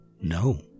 No